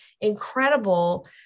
incredible